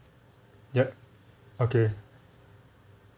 yup okay